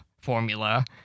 formula